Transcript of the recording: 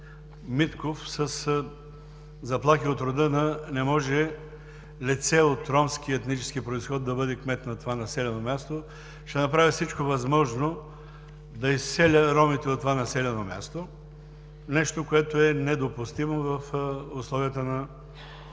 и със заплахи от рода: не може лице от ромски етнически произход да бъде кмет на това населено място; ще направя всичко възможно да изселя ромите от това населено място. Нещо недопустимо в условията на